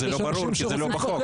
זה לא ברור כי זה לא בחוק.